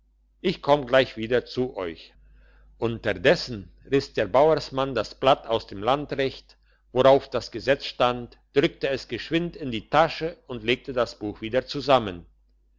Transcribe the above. ich komm gleich wieder zu euch unterdessen riss der bauersmann das blatt aus dem landrecht worauf das gesetz stand drückte es geschwind in die tasche und legte das buch wieder zusammen